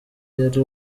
yari